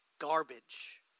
garbage